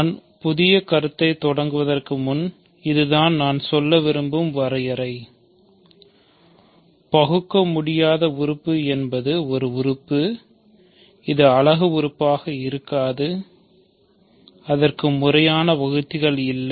நான் புதிய கருத்தைத் தொடங்குவதற்கு முன் இதுதான் நான் சொல்ல விரும்பும் வரையறை பகுக்கமுடியாத உறுப்பு என்பது ஒரு உறுப்பு இது ஒரு அலகு உறுப்பாக இருக்காது அதற்கு முறையான வகுத்திகள் இல்லை